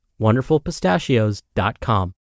WonderfulPistachios.com